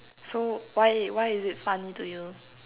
so why why is it funny to you